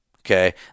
Okay